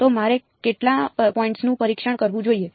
તો મારે કેટલા પોઈન્ટ્સનું પરીક્ષણ કરવું જોઈએ